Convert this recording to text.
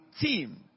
team